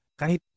Kahit